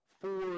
four